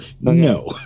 no